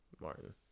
Martin